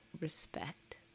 respect